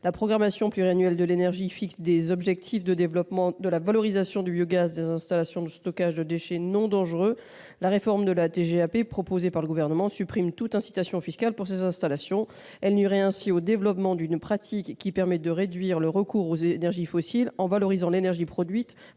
la programmation pluriannuelle de l'énergie fixe des objectifs de développement de la valorisation du biogaz des installations de stockage de déchets non dangereux, la réforme de la TGAP proposée par le Gouvernement supprime toute incitation fiscale pour ces installations. Elle nuirait ainsi au développement d'une pratique qui permet de réduire le recours aux énergies fossiles, en valorisant l'énergie produite